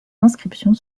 inscriptions